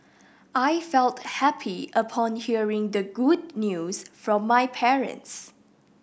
I felt happy upon hearing the good news from my parents